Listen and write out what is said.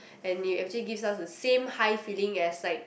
and it actually gives us the same high feeling as like